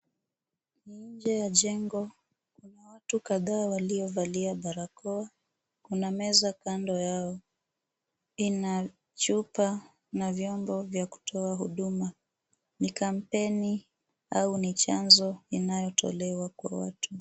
Nje ya jengo kuna watu kadhaa waliovalia barakoa. Kuna meza kando yao ina chupa na vyombo vya kutoa huduma, ni kampeni au chanzo inayotolewa kwa watu.